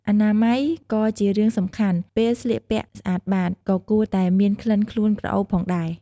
អនាម័យក៏ជារឿងសំខាន់ ពេលស្លៀកពាក់ស្អាតបាត ក៏គួរតែមានក្លិនខ្លួនក្រអូបផងដេរ។